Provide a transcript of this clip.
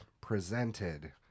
presented